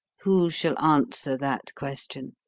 who shall answer that question?